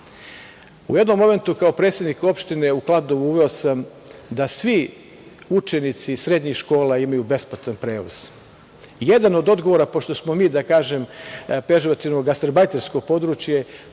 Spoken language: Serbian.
U jednom momentu kao predsednik opštine u Kladovu uveo sam da svi učenici iz srednjih škola imaju besplatan prevoz. Jedan od odgovora, pošto smo mi, da kažem pežorativno, gasterbajtersko područje,